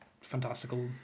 fantastical